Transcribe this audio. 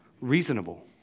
Reasonable